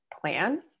plan